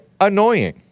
annoying